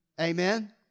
Amen